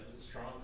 strong